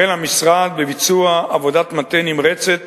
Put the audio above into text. החל המשרד בביצוע עבודת מטה נמרצת